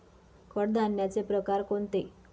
कडधान्याचे प्रकार कोणते?